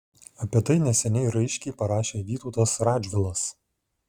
apie tai neseniai raiškiai parašė vytautas radžvilas